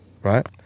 right